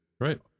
Right